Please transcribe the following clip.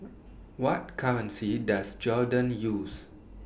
What currency Does Jordan use